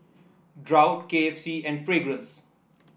Braun K F C and Fragrance